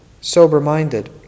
sober-minded